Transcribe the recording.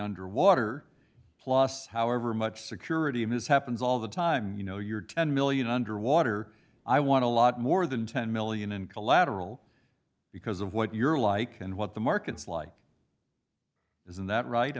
underwater plus however much security of his happens all the time you know your ten million underwater i want to lot more than ten million and collateral because of what you're like and what the market's like isn't that right i